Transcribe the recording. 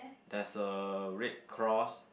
there's a red cross